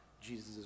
Jesus